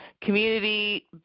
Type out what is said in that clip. community